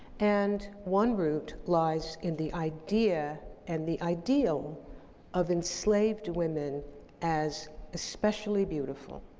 and one root lies in the idea and the ideal of enslaved women as especially beautiful,